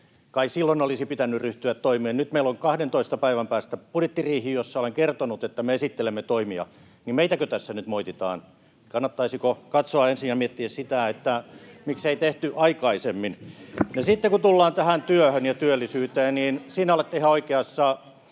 Kai silloin olisi pitänyt ryhtyä toimeen. Nyt kun meillä on 12 päivän päästä budjettiriihi ja olen kertonut, että siellä me esittelemme toimia, niin meitäkö tässä nyt moititaan? Kannattaisiko katsoa ensin ja miettiä, miksi ei tehty aikaisemmin. Sitten kun tullaan työhön ja työllisyyteen, niin siinä olette ihan oikeassa: